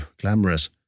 glamorous